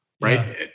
right